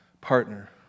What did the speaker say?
partner